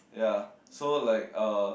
ya so like uh